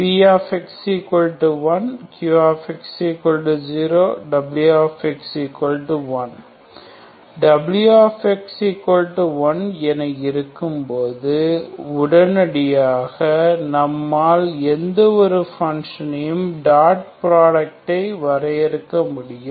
y0 0x1 px1 qx0 wx1 w1 என இருக்கும் போது உடனடியாக நம்மால் எந்த ஒரு பங்ஷனுக்கும் டாட் ஃபுரோடக் ஐ வரையறுக்க முடியும்